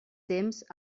temps